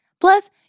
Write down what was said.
Plus